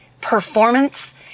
performance